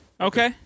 Okay